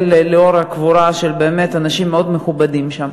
לאור קבורה של אנשים באמת מאוד מכובדים שם.